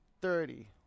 thirty